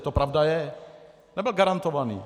To pravda je, nebyl garantovaný.